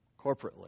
corporately